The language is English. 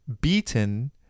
beaten